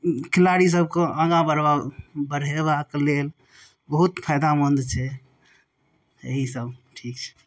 खेलाड़ी सबके आगा बढ़ब बढ़ेबाक लेल बहुत फायदामन्द छै अहिसँ ठीक छै